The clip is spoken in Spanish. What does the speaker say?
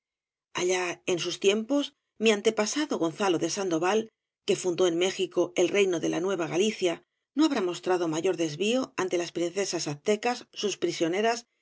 allá en sus tiempos mi antepasado gonzalo de sandoval que fundó en méxico el reino de la nueva galicia no habrá mostrado mayor desvío ante las princesas aztecas sus prisioneras